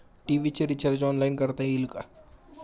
TV चे recharge online करता येईल का?